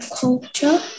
culture